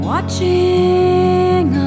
Watching